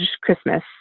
Christmas